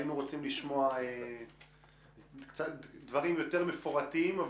היינו רוצים לשמוע דברים יותר מפורטים.